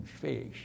fish